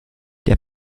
der